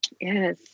Yes